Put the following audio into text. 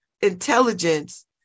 intelligence